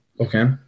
okay